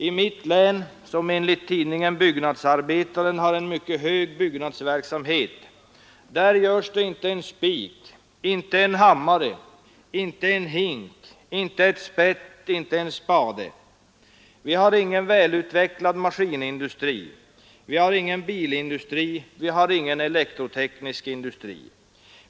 I mitt län, som enligt tidningen Byggnadsarbetaren har en mycket hög byggnadsverksamhet, görs det inte en spik, inte en hammare, inte en hink, inte ett spett, inte en spade. Vi har ingen välutvecklad maskinindustri, vi har ingen bilindustri, vi har ingen elektroteknisk industri.